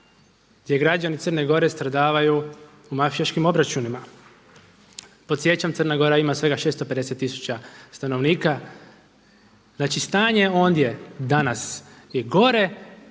gdje građani Crne Gore stradavaju u mafijaškim obračunima. Podsjećam Crna Gora ima svega 650 tisuća stanovnika. Znači stanje ondje danas je gore